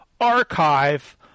archive